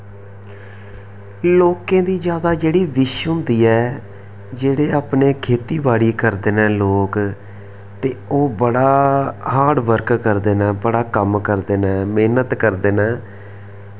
लोकें दी जैदा जेह्ड़ी बिश होंदी ऐ जेह्ड़े अपनै खेत्ती बाड़ी करदे न लोक ते ओह् बड़ा हार्ड़ बर्क करदे न बड़ा कम्म करदे न मैह्नत करदे न